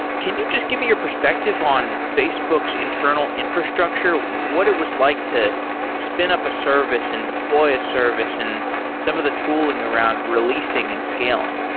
can you just give me your perspective on facebook's internal infrastructure? what it was like to spin up a service and deploy a service in some of the tooling around releasing and scaling?